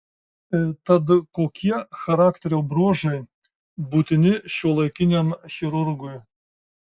tad kokie charakterio bruožai būtini šiuolaikiniam chirurgui